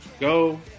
go